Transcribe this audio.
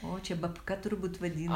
o čia babka turbūt vadina